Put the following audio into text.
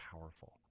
powerful